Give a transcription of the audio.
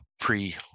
pre